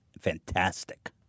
fantastic